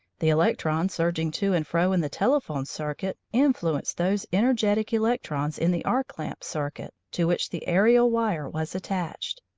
the electrons surging to and fro in the telephone circuit influenced those energetic electrons in the arc-lamp circuit to which the aerial wire was attached.